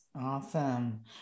Awesome